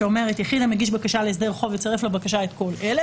שאומרת "יחיד המגיש בקשה להסדר חוב יצרף לבקשה את כל אלה",